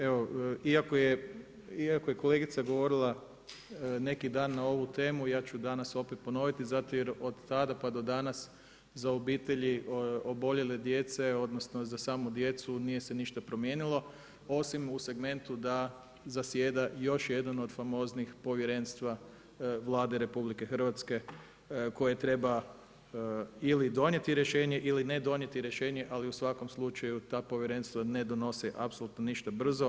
Evo iako je kolegica govorila neki dan na ovu temu, ja ću danas opet ponoviti zato jer od tada pa do danas za obitelji oboljele djece odnosno za samu djecu nije se ništa promijenilo osim u segmentu da zasjeda još jedan od famoznih povjerenstva Vlade RH koje treba ili donijeti rješenje ili ne donijeti rješenje, ali u svakom slučaju ta povjerenstva ne donose apsolutno ništa brzo.